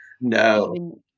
No